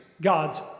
God's